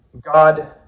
god